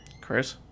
Chris